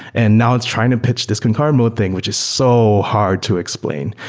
and now it's trying to pitch this concurrent mode thing, which is so hard to explain.